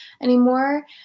anymore